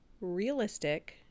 realistic